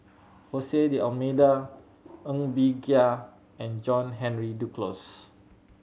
Hose D'Almeida Ng Bee Kia and John Henry Duclos